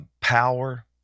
power